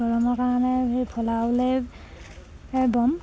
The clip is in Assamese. গৰমৰ কাৰণে সেই ফলাঊলে বম